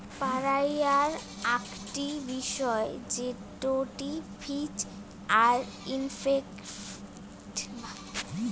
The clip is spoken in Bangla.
পড়াইয়ার আকটি বিষয় জেটটি ফিজ আর ইফেক্টিভ